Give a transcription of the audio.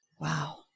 Wow